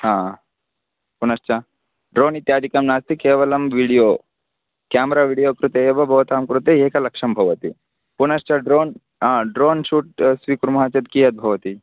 पुनश्च ड्रोण् इत्यादिकं नास्ति केवलं वीडियो क्यामरा वीडियो कृते एव भवतां कृते एकलक्षं भवति पुनश्च ड्रोन् ड्रोन् शूट् स्वीकुर्मः चेत् कियद्भवति